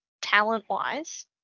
talent-wise